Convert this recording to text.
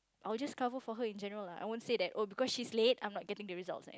I would just cover for her in general lah I won't say that oh because she's late I'm not getting the results